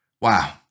Wow